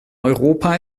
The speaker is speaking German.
europa